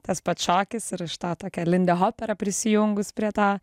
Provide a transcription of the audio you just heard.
tas pats šokis ir iš to tokia lindihopera prisijungus prie to